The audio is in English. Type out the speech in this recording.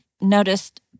noticed